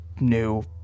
new